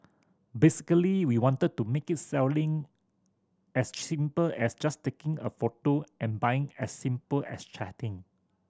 basically we wanted to make it selling as simple as just taking a photo and buying as simple as chatting